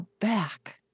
back